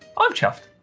i'm chuffed.